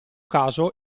caso